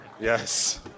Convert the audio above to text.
Yes